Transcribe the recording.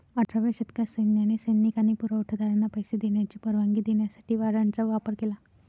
अठराव्या शतकात सैन्याने सैनिक आणि पुरवठा दारांना पैसे देण्याची परवानगी देण्यासाठी वॉरंटचा वापर केला